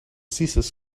scissors